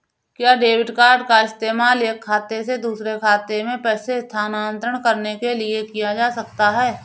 क्या debit card का इस्तेमाल एक खाते से दूसरे खाते में पैसे स्थानांतरण करने के लिए किया जा सकता है?